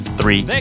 three